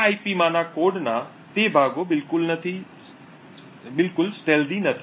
આ આઈપી માંના કોડના તે ભાગો બિલકુલ નથી છુપા નથી